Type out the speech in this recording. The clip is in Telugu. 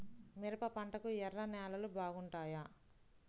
మిరప పంటకు ఎర్ర నేలలు బాగుంటాయా?